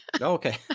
Okay